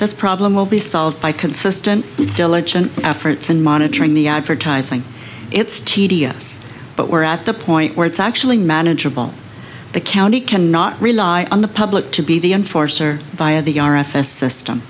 action this problem will be solved by consistent diligent afferent and monitoring the advertising it's tedious but we're at the point where it's actually manageable the county cannot rely on the public to be the enforcer via the r f s system